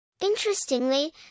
Interestingly